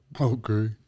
Okay